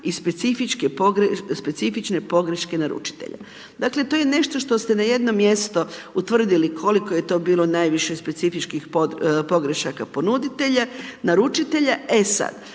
i specifične pogreške naručitelja. Dakle to je nešto što ste na jedno mjesto utvrdili koliko je to bilo najviše specifičnih pogrešaka ponuditelja, naručitelja. E sad,